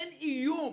אין איום.